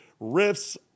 riffs